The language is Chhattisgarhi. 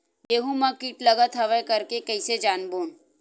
गेहूं म कीट लगत हवय करके कइसे जानबो?